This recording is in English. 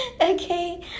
Okay